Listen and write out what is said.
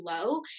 low